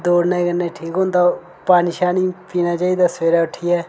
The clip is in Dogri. दौड़ने कन्नै ठीक होंदा पानी शानी पीना चाहिदा सबेरा उट्ठियै